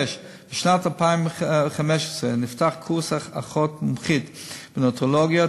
6. בשנת 2015 נפתח קורס אחות מומחית בנאונטולוגיה,